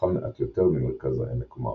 חם מעט יותר ממרכז העמק ומערבו,